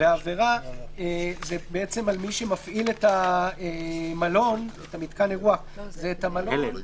והעבירה היא על מי שמפעיל את מתקן האירוח ואת המלון